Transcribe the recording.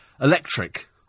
electric